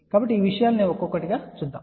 కాబట్టి ఈ విషయాలను ఒక్కొక్కటిగా చూద్దాం